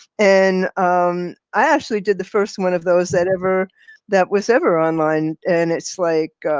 and um i actually did the first one of those that ever that was ever online, and it's like,